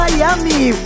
Miami